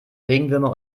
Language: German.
regenwürmer